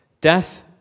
Death